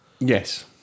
Yes